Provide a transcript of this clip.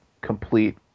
complete